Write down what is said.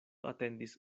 atendis